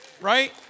Right